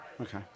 Okay